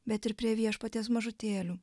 bet ir prie viešpaties mažutėlių